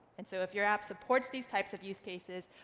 and so if your app supports these types of use cases,